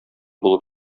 булып